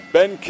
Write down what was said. Ben